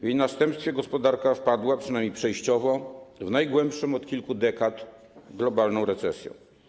W jej następstwie gospodarka wpadła, przynajmniej przejściowo, w najgłębszą od kilku dekad globalną recesję.